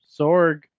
sorg